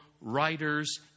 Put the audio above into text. writers